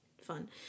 fun